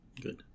Good